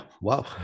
wow